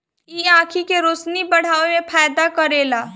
इ आंखी के रोशनी बढ़ावे में फायदा करेला